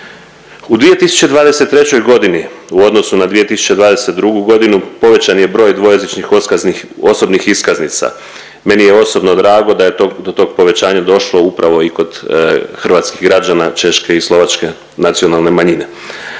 U 2023.g. u odnosu na 2022.g. povećan je broj dvojezičnih osobnih iskaznica. Meni je osobno drago da je do tog povećanja došlo upravo i kod hrvatskih građana češke i slovačke nacionalne manjine,